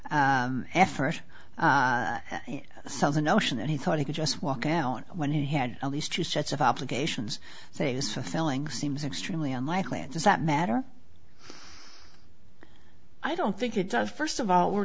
effort so the notion that he thought he could just walk out when he had at least two sets of obligations things for thrilling seems extremely unlikely and does that matter i don't think it does first of all we're